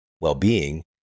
well-being